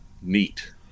neat